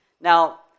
Now